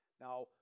Now